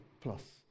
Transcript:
plus